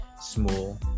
small